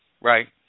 right